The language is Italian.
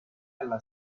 alla